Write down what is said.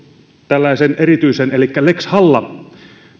tällaisen erityisen periaatteen elikkä lex halla